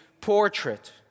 portrait